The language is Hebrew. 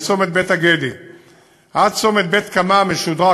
מצומת בית-הגדי עד צומת בית-קמה המשודרג,